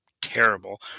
terrible